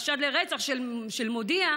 חשד לרצח של מודיע,